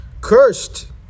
Cursed